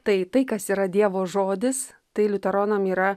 tai tai kas yra dievo žodis tai liuteronam yra